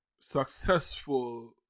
successful